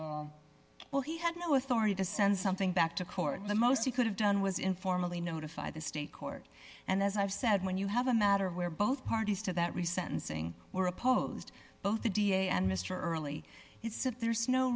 court well he had no authority to send something back to court the most he could have done was informally notify the state court and as i've said when you have a matter where both parties to that re sentencing were opposed both the da and mr early it said there's no